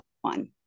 one